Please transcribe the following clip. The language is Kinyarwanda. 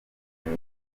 high